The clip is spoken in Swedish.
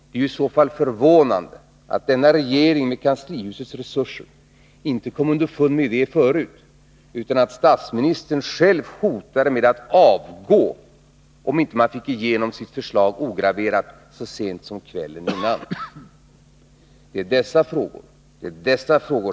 Det är i så fall förvånande att denna regering, med kanslihusets resurser, inte kom underfund med det tidigare, utan att statsministern själv, så sent som kvällen innan, hotade med att avgå om man inte fick igenom sitt förslag ograverat. Det är dessa frågor som är de viktiga.